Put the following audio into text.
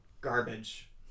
garbage